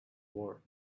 war